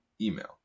email